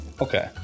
Okay